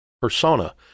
persona